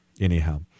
anyhow